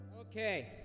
Okay